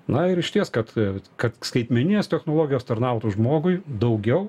na ir išties kad kad skaitmeninės technologijos tarnautų žmogui daugiau